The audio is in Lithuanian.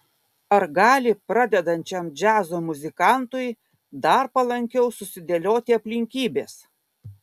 ar gali pradedančiam džiazo muzikantui dar palankiau susidėlioti aplinkybės